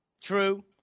True